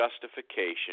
justification